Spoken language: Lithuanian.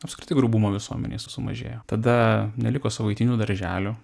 apskritai grubumo visuomenėj sumažėjo tada neliko savaitinių darželių